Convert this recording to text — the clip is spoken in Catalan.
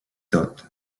tot